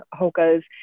Hoka's